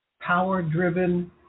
power-driven